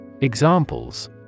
Examples